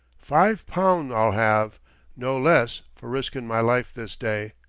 five poun' i'll have no less, for riskin' my life this day.